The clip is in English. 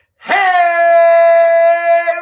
hey